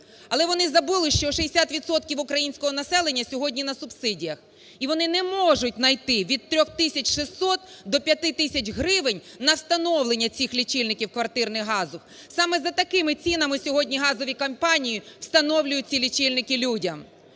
Але вони забули, що 60 відсотків українського настелення сьогодні на субсидіях і вони не можуть найти від 3 тисяч 600 до 5 тисяч гривень на встановлення цих лічильників квартирних газу. Саме за такими цінами сьогодні газові компанії встановлюють ці лічильники людям.